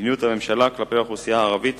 מדיניות הממשלה כלפי האוכלוסייה הערבית